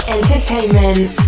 Entertainment